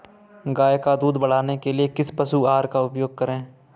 गाय का दूध बढ़ाने के लिए किस पशु आहार का उपयोग करें?